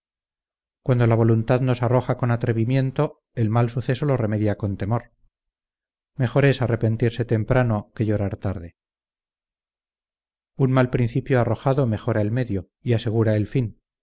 cuando la voluntad nos arroja con atrevimiento el mal suceso lo remedia con temor mejor es arrepentirse temprano que llorar tarde un mal principio arrojado mejora el medio y asegura el fin